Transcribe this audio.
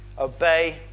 obey